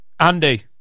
Andy